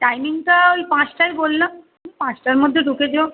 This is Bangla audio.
টাইমিংটা ওই পাঁচটাই বললাম ওই পাঁচটার মধ্যে ঢুকে যেও